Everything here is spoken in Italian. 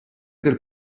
del